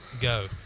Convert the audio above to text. go